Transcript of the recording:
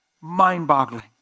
Mind-boggling